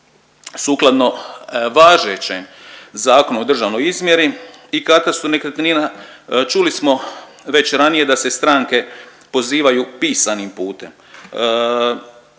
Sukladno važećem Zakonu o državnoj izmjeri i katastru nekretnina čuli smo već ranije da se stranke pozivaju pisanim putem.